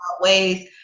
ways